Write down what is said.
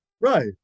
Right